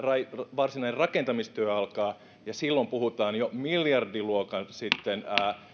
varsinainen rakentamistyö alkaa silloin puhutaan jo miljardiluokan